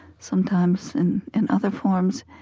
sometimes in in other forms